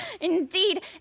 indeed